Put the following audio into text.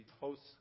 hosts